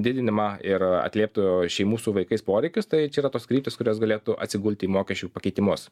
didinimą ir atlieptų šeimų su vaikais poreikius tai čia yra tos kryptys kurios galėtų atsigulti į mokesčių pakeitimus